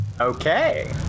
Okay